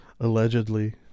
allegedly